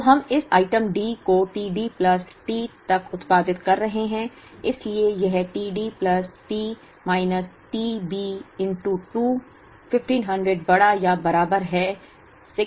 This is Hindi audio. तो हम इस आइटम D को t D प्लस T तक उत्पादित कर रहे हैं इसलिए यह t D plus T minus t B 2 1500 बड़ा या बराबर है 600 T के